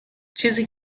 چیزی